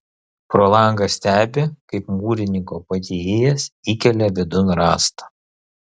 pro langą stebi kaip mūrininko padėjėjas įkelia vidun rąstą